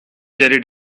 jelly